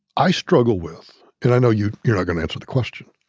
i struggle with and i know you, you're not gonna answer the question